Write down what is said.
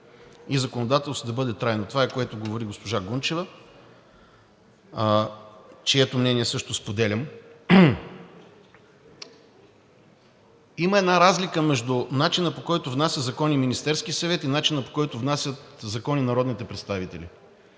и законодателството на бъде трайно – това, за което говори госпожа Гунчева, чието мнение също споделям. Има една разлика между начина, по който внася закони Министерският съвет, и начина, по който внасят закони народните представители.